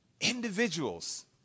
individuals